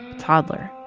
toddler.